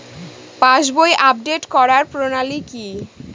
পাসবই update করার প্রণালী কি?